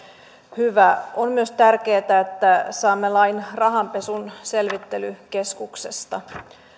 hyvä on myös tärkeätä että saamme lain rahanpesun selvittelykeskuksesta